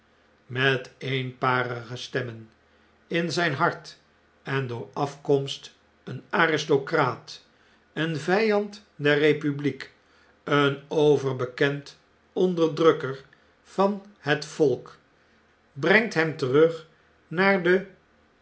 met eenparige stemmen in zjjn hart en door afkomst een aristocraat een vijand der republiek een overbekend onderdrukker van het volk brengt hem terug naar de